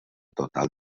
total